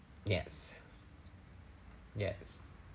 yes yes